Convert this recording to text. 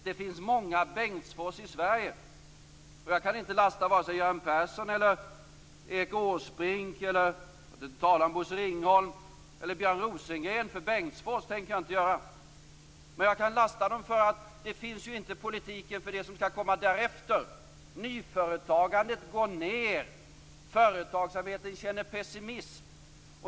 Det finns många Bengtsfors i Sverige. Jag kan inte lasta vare sig Göran Persson, Erik Åsbrink eller Björn Rosengren - för att inte tala om Bosse Ringholm - för Bengtsfors. Det tänker jag inte göra. Men jag kan lasta dem för att det inte finns någon politik för det som skall komma efter. Nyföretagandet går ned. Företagsamheten känner pessimism.